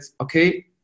okay